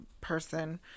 person